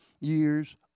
years